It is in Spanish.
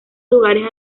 lugares